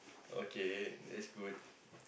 okay that's good